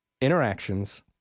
interactions